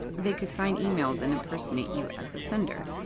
they could sign emails and impersonate you as a sender.